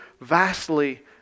vastly